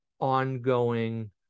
ongoing